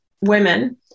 women